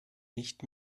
nicht